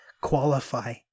qualify